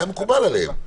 והיה מקובל עליהם,